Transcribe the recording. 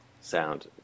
sound